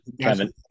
Kevin